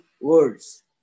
words